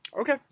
Okay